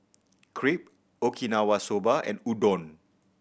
Crepe Okinawa Soba and Udon